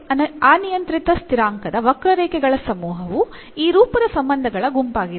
n ಅನಿಯಂತ್ರಿತ ಸ್ಥಿರಾಂಕದ ವಕ್ರರೇಖೆಗಳ ಸಮೂಹವು ಈ ರೂಪದ ಸಂಬಂಧಗಳ ಗುಂಪಾಗಿದೆ